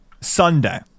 Sunday